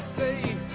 the